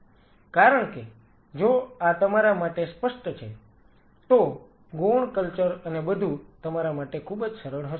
કારણ કે જો આ તમારા માટે સ્પષ્ટ છે તો ગૌણ કલ્ચર અને બધું તમારા માટે ખૂબ જ સરળ હશે